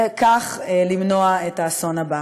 וכך למנוע את האסון הבא.